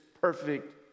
perfect